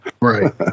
Right